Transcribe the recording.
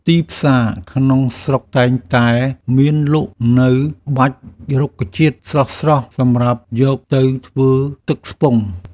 ទីផ្សារក្នុងស្រុកតែងតែមានលក់នូវបាច់រុក្ខជាតិស្រស់ៗសម្រាប់យកទៅធ្វើទឹកឆ្ពង់។